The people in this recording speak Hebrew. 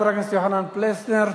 חבר הכנסת יוחנן פלסנר.